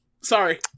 sorry